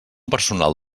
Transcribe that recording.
personal